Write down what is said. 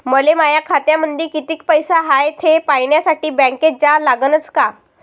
मले माया खात्यामंदी कितीक पैसा हाय थे पायन्यासाठी बँकेत जा लागनच का?